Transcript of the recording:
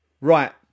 Right